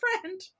friend